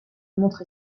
montre